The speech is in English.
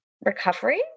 recovery